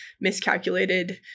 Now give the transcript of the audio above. miscalculated